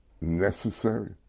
necessary